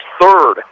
third